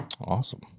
Awesome